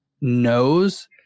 knows